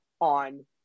on